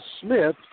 Smith